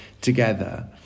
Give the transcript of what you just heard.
together